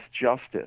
justice